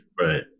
Right